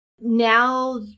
Now